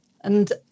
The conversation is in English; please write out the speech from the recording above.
And-